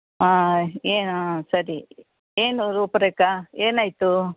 ಆ ಏನು ಸರಿ ಏನು ರೂಪರೇಖಾ ಏನಾಯಿತು